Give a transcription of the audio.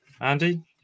Andy